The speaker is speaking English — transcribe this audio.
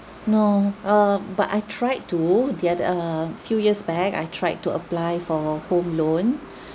no um but I tried to the ot~ err few years back I tried to apply for home loan